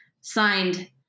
Signed